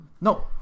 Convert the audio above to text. no